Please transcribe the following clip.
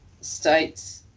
states